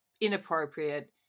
inappropriate